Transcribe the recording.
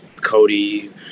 cody